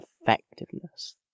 effectiveness